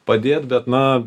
padėt bet na